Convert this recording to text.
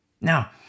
now